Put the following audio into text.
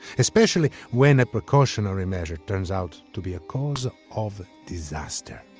especially when a precautionary measure turns out to be a cause of disaster.